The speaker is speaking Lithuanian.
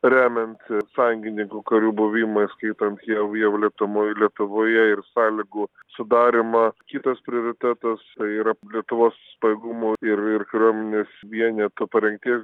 remiant sąjungininkų karių buvimą įskaitant jau jau lietuvoj lietuvoje ir sąlygų sudarymą kitas prioritetas tai yra lietuvos pajėgumų ir ir kariuomenės vieneto parengties